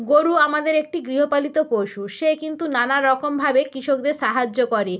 গরু আমাদের একটি গৃহপালিত পশু সে কিন্তু নানারকমভাবে কৃষকদের সাহায্য করে